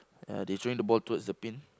ya they throwing the ball towards the pin